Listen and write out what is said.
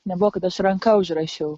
nebuvo kad aš ranka užrašiau